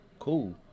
cool